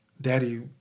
Daddy